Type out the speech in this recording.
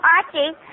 Archie